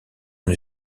une